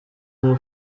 rya